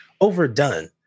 overdone